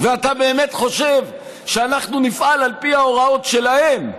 ואתה באמת חושב שאנחנו נפעל על פי ההוראות שלהן?